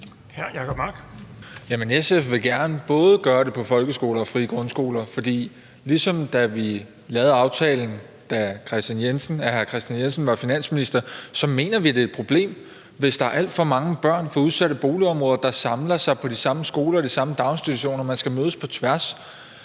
16:03 Jacob Mark (SF): Jamen SF vil gerne gøre det på både folkeskoler og på frie grundskoler. For ligesom da vi lavede aftalen, da hr. Kristian Jensen var finansminister, så mener vi, at det er et problem, hvis der er alt for mange børn fra udsatte boligområder, der samler sig på de samme skoler og på de samme daginstitutioner. Man skal mødes på tværs.